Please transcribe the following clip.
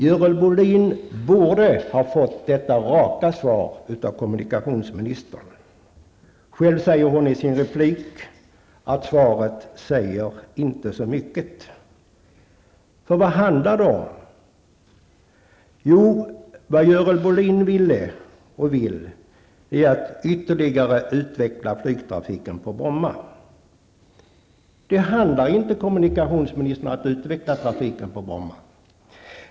Görel Bohlin borde ha fått detta raka svar av kommunikationsministern. Hon säger i sitt inlägg att svaret inte säger så mycket. Men vad handlar det om? Jo, vad Görel Bohlin vill är att ytterligare utveckla flygtrafiken på Bromma. Men det handlar inte, kommunikationsministern, om att utveckla flygtrafiken på Bromma.